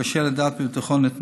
קשה לדעת בביטחון את מקורו.